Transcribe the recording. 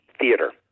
theater